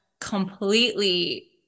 completely